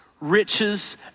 riches